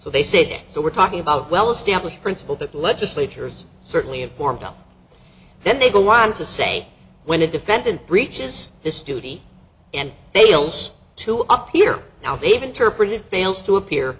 so they said it so we're talking about well established principle that legislatures certainly informed then they go on to say when a defendant breaches this duty and they'll say to up here now they've interpreted fails to appear